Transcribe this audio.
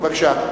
בבקשה.